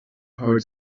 heart